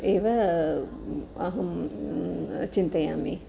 एव अहं चिन्तयामि